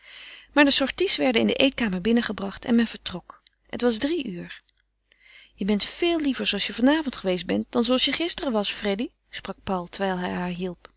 maar de sorties werden in de eetkamer binnengebracht en men vertrok het was drie uur je bent veel liever zooals je vanavond geweest bent dan zooals je gisteren was freddy sprak paul terwijl hij